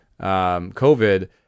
COVID